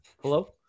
hello